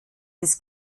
des